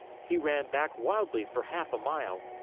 he ran back wildly for half a mile,